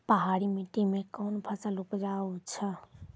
पहाड़ी मिट्टी मैं कौन फसल उपजाऊ छ?